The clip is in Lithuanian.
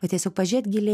va tiesiog pažiūrėk giliai